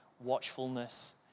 Watchfulness